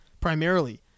primarily